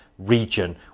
region